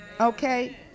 okay